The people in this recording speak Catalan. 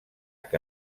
que